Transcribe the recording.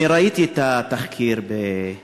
ראיתי את התחקיר של